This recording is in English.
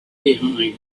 behind